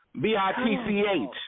B-I-T-C-H